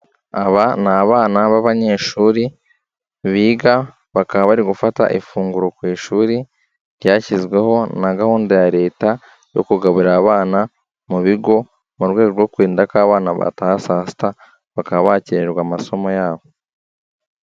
Aba ni abana b'abanyeshuri, biga, bakaba bari gufata ifunguro ku ishuri, ryashyizweho na gahunda ya Leta yo kugaburira abana, mu bigo, mu rwego rwo kurinda ko abana bataha saa sita, bakaba bakererwa amasomo yabo.